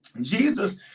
Jesus